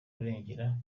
kurengera